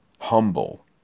Humble